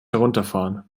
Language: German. herunterfahren